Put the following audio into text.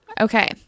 okay